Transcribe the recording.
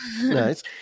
Nice